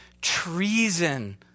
treason